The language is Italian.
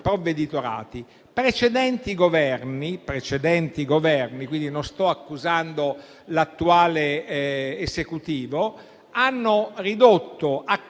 provveditorati. Precedenti Governi - quindi non sto accusando l'attuale Esecutivo - hanno ridotto, accorpandoli,